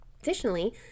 additionally